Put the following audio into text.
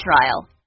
trial